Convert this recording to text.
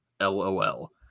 LOL